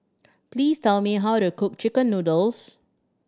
please tell me how to cook chicken noodles